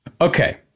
Okay